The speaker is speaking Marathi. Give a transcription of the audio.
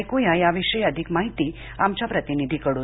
ऐकुया या विषयी अधिक माहिती आमच्या प्रतिनिधीकडून